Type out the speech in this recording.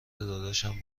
داداشم